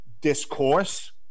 discourse